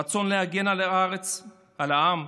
רצון להגן על הארץ, על העם,